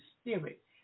spirit